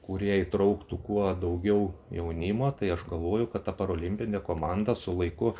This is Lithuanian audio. kurie įtrauktų kuo daugiau jaunimo tai aš galvoju kad ta parolimpinė komanda su laiku